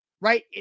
right